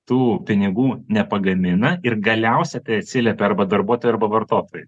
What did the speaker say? tų pinigų nepagamina ir galiausia tai atsiliepia arba darbuotojui arba vartotojui